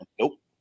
Nope